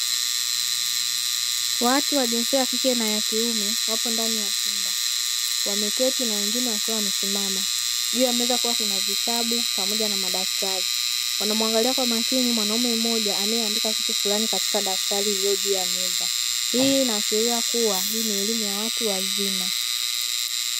Watu wa jinsia ya kike na kiume wameketi na wengine wakiwa wamesimama, juu ya meza kukiwa na vitabu pamoja na madaftari wanamuangalia kwa makini mwanaume mmoja anayeandikia kitu fulani katika daftari lililopo juu ya meza, hii inaashiria kuwa ni elimu ya watu wazima.